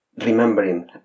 remembering